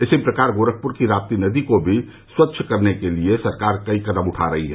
इसी प्रकार गोरखपुर की राप्ती नदी को भी स्वच्छ करने के लिए सरकार कई कदम उठा रही है